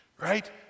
right